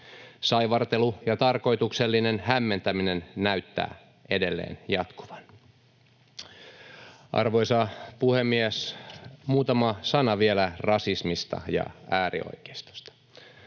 Saivartelu ja tarkoituksellinen hämmentäminen näyttää edelleen jatkuvan. Arvoisa puhemies! Muutama sana vielä rasismista ja äärioikeistosta.